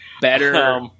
better